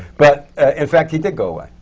but in fact, he did go away,